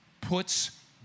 puts